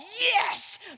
Yes